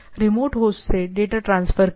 remote host से data transfer करें